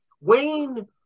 Wayne